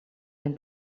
den